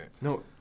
no